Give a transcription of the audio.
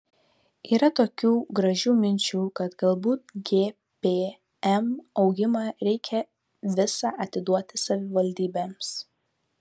yra tokių gražių minčių kad galbūt gpm augimą reikia visą atiduoti savivaldybėms